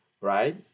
right